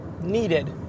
needed